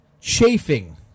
chafing